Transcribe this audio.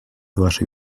вашей